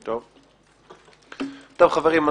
טוב חברים,